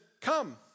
Come